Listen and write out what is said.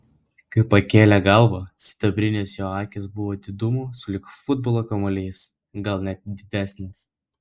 kai pakėlė galvą sidabrinės jo akys buvo didumo sulig futbolo kamuoliais gal net didesnės